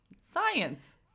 science